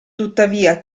tuttavia